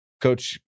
coach